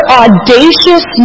audacious